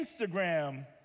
Instagram